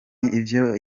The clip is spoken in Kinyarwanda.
ivyo